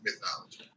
mythology